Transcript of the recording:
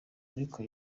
ariko